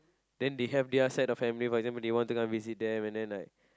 they they have their set of families for example they wan to come and visit them and then like